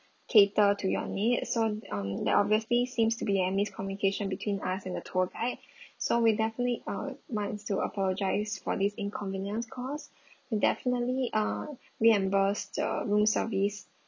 cater to your needs so um there obviously seems to be a miscommunication between us and the tour guide so we definitely uh wants to apologise for this inconvenience caused we'll definitely uh reimburse the room service